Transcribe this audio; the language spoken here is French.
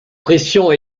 pression